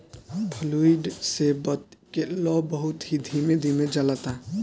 fluid से बत्ती के लौं बहुत ही धीमे धीमे जलता